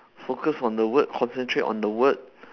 focus on the work concentrate on the work